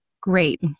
great